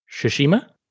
Shishima